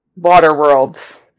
Waterworlds